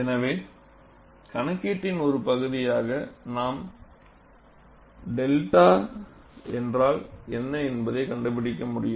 எனவே கணக்கீட்டின் ஒரு பகுதியாக நாம் 𝚫 என்றால் என்ன என்பதை கண்டுபிடிக்க வேண்டும்